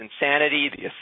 Insanity